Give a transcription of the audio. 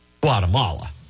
Guatemala